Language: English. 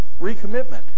Recommitment